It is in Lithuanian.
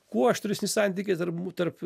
kuo aštresni santykiai tarp tarp